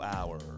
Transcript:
Hour